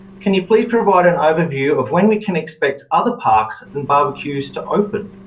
can you please provide an overview of when we can expect other parks and barbeques to open?